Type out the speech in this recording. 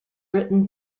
written